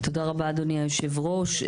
תודה רבה אדוני יושב הראש,